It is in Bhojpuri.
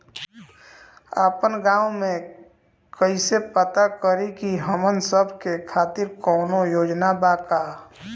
आपन गाँव म कइसे पता करि की हमन सब के खातिर कौनो योजना बा का?